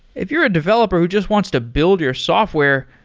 if you're developer who just wants to build your software,